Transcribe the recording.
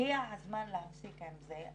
הגיע הזמן להפסיק עם זה.